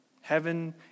Heaven